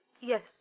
Yes